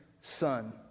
son